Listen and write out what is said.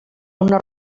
una